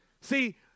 See